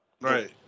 Right